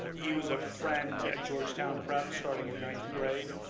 he was a friend at georgetown prep starting in ninth grade.